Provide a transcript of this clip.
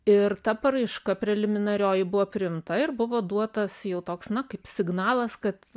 ir ta paraiška preliminarioji buvo priimta ir buvo duotas jau toks na kaip signalas kad